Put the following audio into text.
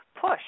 push